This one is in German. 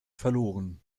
verloren